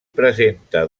presenta